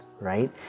right